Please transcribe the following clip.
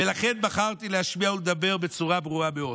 ולכן בחרתי להשמיע ולדבר בצורה ברורה מאוד.